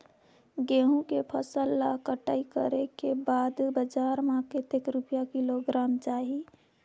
गंहू के फसल ला कटाई करे के बाद बजार मा कतेक रुपिया किलोग्राम जाही?